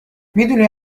میدونی